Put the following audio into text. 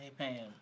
Amen